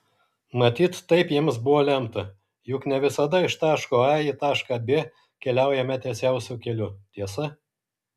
matyt taip jiems buvo lemta juk ne visada iš taško a į tašką b keliaujame tiesiausiu keliu tiesa